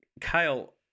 kyle